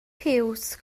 piws